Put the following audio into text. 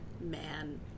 man